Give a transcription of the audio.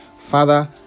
Father